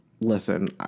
listen